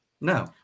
No